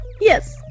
Yes